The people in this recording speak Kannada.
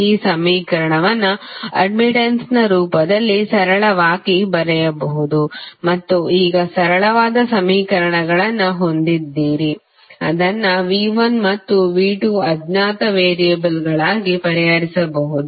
ಈ ಸಮೀಕರಣವನ್ನು ಅಡ್ಡ್ಮಿಟ್ಟನ್ಸ್ನ ರೂಪದಲ್ಲಿ ಸರಳವಾಗಿ ಬರೆಯಬಹುದು ಮತ್ತು ಈಗ ಸರಳವಾದ ಸಮೀಕರಣಗಳನ್ನು ಹೊಂದಿದ್ದೀರಿ ಅದನ್ನು V1 ಮತ್ತು V2 ಅಜ್ಞಾತ ವೇರಿಯೇಬಲ್ಗಾಗಿ ಪರಿಹರಿಸಬಹುದು